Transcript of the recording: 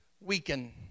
Weaken